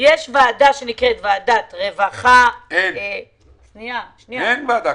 יש ועדה שנקראת ועדת רווחה --- אין ועדה כזאת.